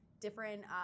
different